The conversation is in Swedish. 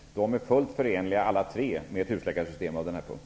Alla tre är fullt förenliga med ett husläkarsystem på denna punkt.